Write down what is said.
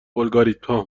الگوریتمها